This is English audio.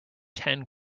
ten